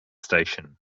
station